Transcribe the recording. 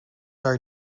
are